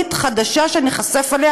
נוראית חדשה שניחשף אליה,